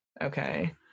Okay